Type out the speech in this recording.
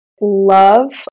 Love